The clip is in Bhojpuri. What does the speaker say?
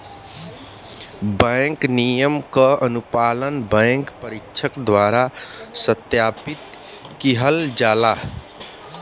बैंक नियम क अनुपालन बैंक परीक्षक द्वारा सत्यापित किहल जाला